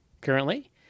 currently